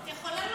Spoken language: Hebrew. אני רשום,